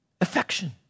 affection